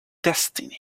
destiny